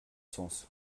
sens